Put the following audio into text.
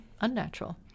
unnatural